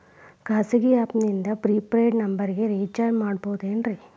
ಖಾಸಗಿ ಆ್ಯಪ್ ನಿಂದ prepaid ನಂಬರಿಗ ರೇಚಾರ್ಜ್ ಮಾಡಬಹುದೇನ್ರಿ?